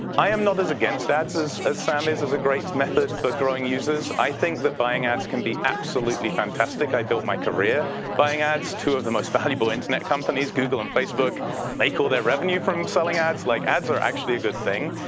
i am not as against ads as sam is, as a great method for growing users. i think that buying ads can be absolutely fantastic. i built my career buying ads, two of the most valuable internet companies, google and facebook make all their revenue from selling ads like ads are actually a good thing.